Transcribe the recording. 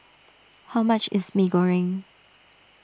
how much is Mee Goreng